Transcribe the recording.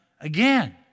again